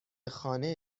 خانه